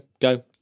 go